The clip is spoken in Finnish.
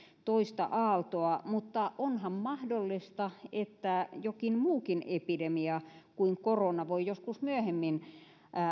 toista aaltoa mutta onhan mahdollista että jokin muukin epidemia kuin korona voi joskus myöhemmin